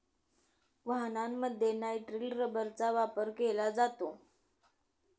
वाहनांमध्ये नायट्रिल रबरचा वापर केला जातो